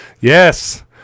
Yes